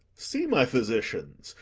see, my physicians,